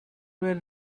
were